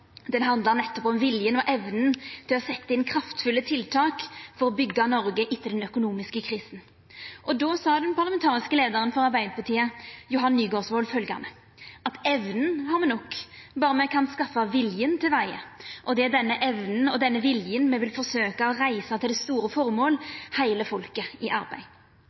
Den handla nettopp om viljen og evna til å setja inn kraftfulle tiltak for å byggja Noreg etter den økonomiske krisen. Då sa den parlamentariske leiaren for Arbeidarpartiet, Johan Nygaardsvold, følgjande: «Evnen har vi nok, bare vi kan skaffe viljen til veie.» Det er denne evna og denne viljen me vil forsøkja å reisa til det store formålet: heile folket i arbeid.